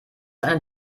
eine